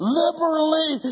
liberally